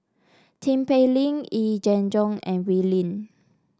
Tin Pei Ling Yee Jenn Jong and Wee Lin